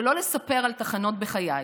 שלא לספר על תחנות בחיי,